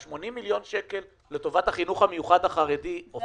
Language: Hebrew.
80 מיליון השקלים לטובת החינוך המיוחד החרדי הוכנסו?